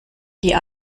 die